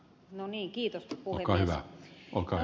no niin kiitos puhemies